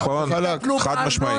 נכון, חד משמעית.